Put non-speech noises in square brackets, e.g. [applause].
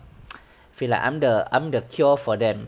[noise] feel like I'm the I'm the cure for them